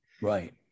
right